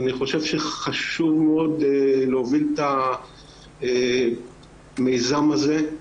אני חושב שחשוב מאוד להוביל את המיזם הזה,